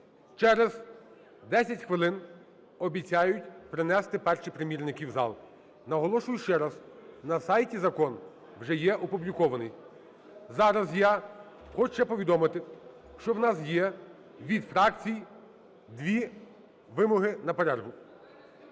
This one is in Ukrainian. Через 10 хвилин обіцяють принести перші примірники в зал. Наголошую ще раз, на сайті закон вже є опублікований. Зараз я хочу ще повідомити, що в нас є від фракцій дві вимоги на перерву.